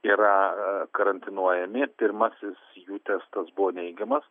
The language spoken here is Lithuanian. yra karantinuojami pirmasis jų testas buvo neigiamas